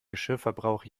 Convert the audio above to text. geschirrverbrauch